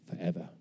forever